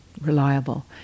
reliable